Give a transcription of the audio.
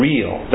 Real